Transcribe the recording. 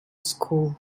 school